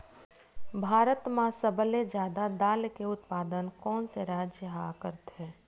भारत मा सबले जादा दाल के उत्पादन कोन से राज्य हा करथे?